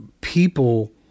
people